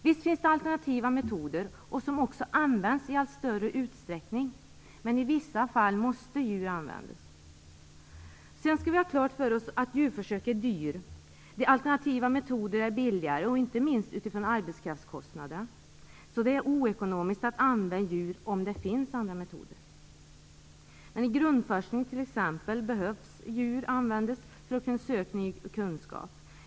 Visst finns det alternativa metoder, som också används i allt större utsträckning. Men i vissa fall måste djur användas. Vi skall ha klart för oss att djurförsöken är dyra. De alternativa metoderna är billigare, inte minst med tanke på arbetskraftskostnaderna. Så det är oekonomiskt att använda djur, om det finns andra metoder. I grundforskningen t.ex. behöver djur användas för att söka ny kunskap.